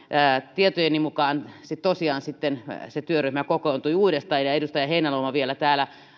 tietojeni mukaan tosiaan sitten se työryhmä kokoontui uudestaan ja edustaja heinäluoma vielä täällä